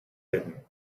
hidden